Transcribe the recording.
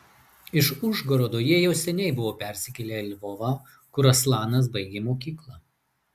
iš užgorodo jie jau seniai buvo persikėlę į lvovą kur aslanas baigė mokyklą